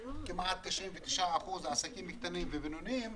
כמעט 99% הם עסקים קטנים ובינוניים,